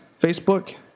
Facebook